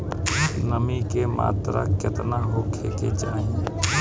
नमी के मात्रा केतना होखे के चाही?